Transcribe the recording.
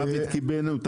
קיבלו אותה